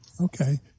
okay